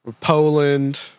Poland